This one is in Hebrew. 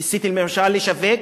ניסיתם בממשלה לשווק.